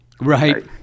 Right